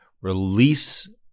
release